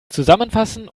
zusammenfassen